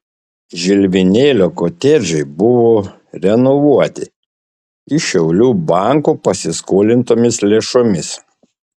žilvinėlio kotedžai buvo renovuoti iš šiaulių banko pasiskolintomis lėšomis